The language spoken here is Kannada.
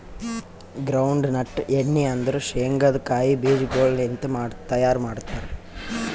ಗ್ರೌಂಡ್ ನಟ್ ಎಣ್ಣಿ ಅಂದುರ್ ಶೇಂಗದ್ ಕಾಯಿ ಬೀಜಗೊಳ್ ಲಿಂತ್ ತೈಯಾರ್ ಮಾಡ್ತಾರ್